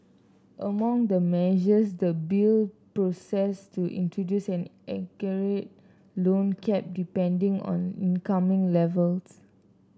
among the measures the bill proposes to introduce an aggregate loan cap depending on income levels